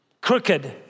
Crooked